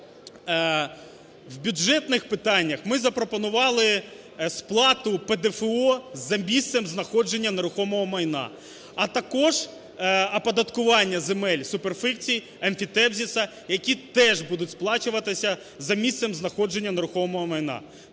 в бюджетних питаннях ми запропонували сплату ПДФО за місцем знаходження нерухомого майна, а також оподаткування земель суперфіцій, емфітевзиса, які теж будуть сплачуватися за місцем знаходження нерухомого майна.